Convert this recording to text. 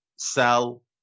Sell